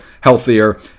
healthier